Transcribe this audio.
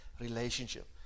relationship